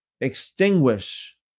extinguish